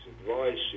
advice